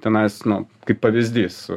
tenais nu kaip pavyzdys